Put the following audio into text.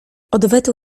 odwetu